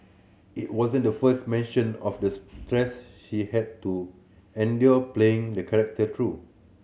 it wasn't the first mention of the stress she had to endure playing the character though